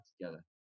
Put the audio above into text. together